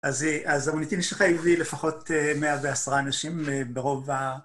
אז זה המונטין שלך הביא לפחות 110 אנשים ברוב ה...